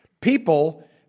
People